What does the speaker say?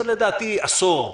זה לדעתי עשור,